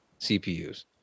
cpus